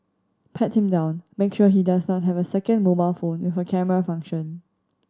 pat him down make sure he does not have a second mobile phone with a camera function